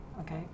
Okay